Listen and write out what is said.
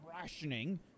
rationing